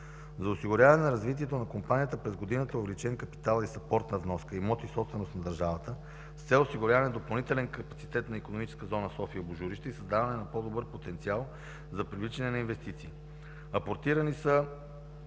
За осигуряване на развитието на Компанията през годината е увеличен капиталът и с апортна вноска – имоти, собственост на държавата, с цел осигуряване на допълнителен капацитет на „Икономическа зона София – Божурище” и създаване на по-добър потенциал за привличане на инвестиции. Апортирани са